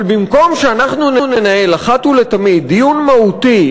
אבל במקום שאנחנו ננהל אחת ולתמיד דיון מהותי,